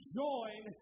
join